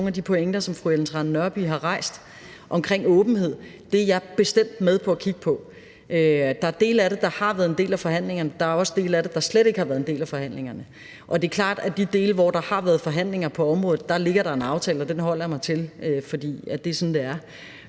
nogle af de pointer, som fru Ellen Trane Nørby har rejst omkring åbenhed, er jeg bestemt med på at kigge på. Der er dele af det, der har været en del af forhandlingerne. Der er også dele af det, der slet ikke har været en del af forhandlingerne. Det er klart, at for de dele, hvor der har været forhandlinger på området, ligger der en aftale, og den holder jeg mig til, fordi det er sådan, det er.